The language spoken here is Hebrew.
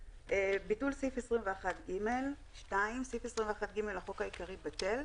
"ביטול סעיף 21ג 2. סעיף 21ג לחוק העיקרי, בטל.